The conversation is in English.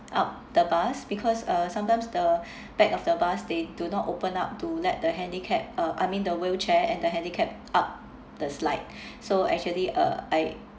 up the bus because uh sometimes the back of the bus they do not open up to let the handicapped uh I mean the wheelchair and the handicapped up the slide so actually uh I